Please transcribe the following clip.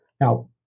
Now